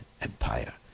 Empire